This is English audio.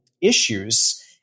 issues